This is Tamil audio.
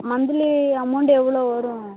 மன்த்திலி அமௌண்ட் எவ்வளோ வரும்